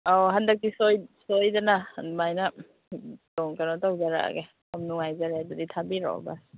ꯑꯥ ꯍꯟꯗꯛꯇꯤ ꯁꯣꯏꯗꯅ ꯑꯗꯨꯃꯥꯏꯅ ꯀꯩꯅꯣ ꯇꯧꯖꯔꯛꯑꯒꯦ ꯌꯥꯝ ꯅꯨꯡꯉꯥꯏꯖꯔꯦ ꯑꯗꯨꯗꯤ ꯊꯥꯕꯤꯔꯛꯑꯣ ꯕꯁ